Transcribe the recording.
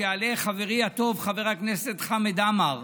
יעלה חברי הטוב חבר הכנסת חמד עמאר,